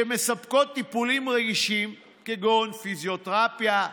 שמספקות טיפולים רגישים כגון פיזיותרפיה,